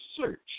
search